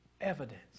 evidence